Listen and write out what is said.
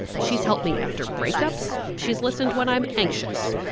she's helped me after breakups. she's listened when i'm anxious.